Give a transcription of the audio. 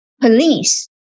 police